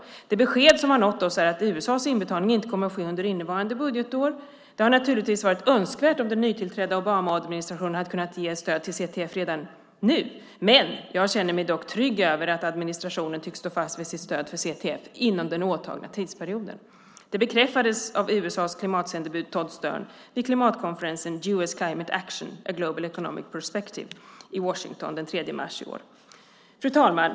Det besked som har nått oss är att USA:s inbetalning inte kommer att ske under innevarande budgetår. Det hade naturligtvis varit önskvärt om den nytillträdda Obamaadministrationen hade kunnat ge stöd till CTF redan nu. Jag känner mig dock trygg över att administrationen tycks stå fast vid sitt stöd för CTF inom den åtagna tidsperioden. Det bekräftades av USA:s klimatsändebud, Todd Stern, vid klimatkonferensen, U.S. Climate Action: A Global Economic Perspective , i Washington den 3 mars i år. Fru talman!